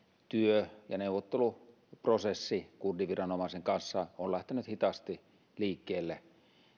työ ja neuvotteluprosessi kurdiviranomaisen kanssa on lähtenyt hitaasti liikkeelle